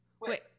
Wait